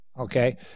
Okay